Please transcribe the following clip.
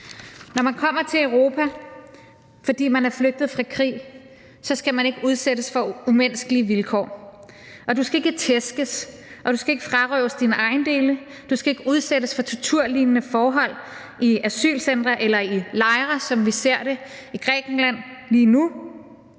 Når man kommer til Europa, fordi man er flygtet fra krig, skal man ikke udsættes for umenneskelige vilkår. Du skal ikke tæskes, du skal ikke frarøves dine ejendele, du skal ikke udsættes for torturlignende forhold i asylcentre eller i lejre, som vi ser det i Grækenland lige nu,